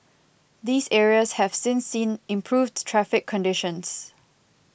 these areas have since seen improved traffic conditions